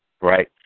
right